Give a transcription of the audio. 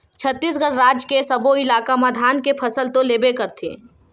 छत्तीसगढ़ राज के सब्बो इलाका म धान के फसल तो लेबे करथे